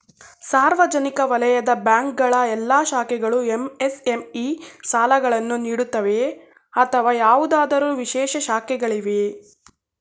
ಸಾರ್ವಜನಿಕ ವಲಯದ ಬ್ಯಾಂಕ್ ಗಳ ಎಲ್ಲಾ ಶಾಖೆಗಳು ಎಂ.ಎಸ್.ಎಂ.ಇ ಸಾಲಗಳನ್ನು ನೀಡುತ್ತವೆಯೇ ಅಥವಾ ಯಾವುದಾದರು ವಿಶೇಷ ಶಾಖೆಗಳಿವೆಯೇ?